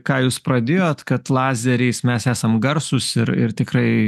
ką jūs pradėjot kad lazeriais mes esam garsūs ir ir tikrai